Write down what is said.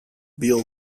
beal